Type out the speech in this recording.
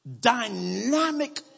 dynamic